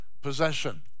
Possession